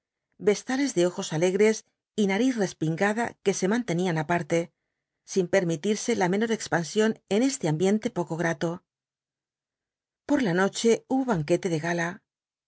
vestales de ojos alegres y nariz respingada que se mantenían aparte sin permitirse la menor expansión n este ambiente poco grato por la noche hubo ban quete de gala